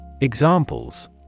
Examples